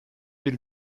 bir